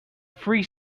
free